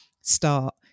start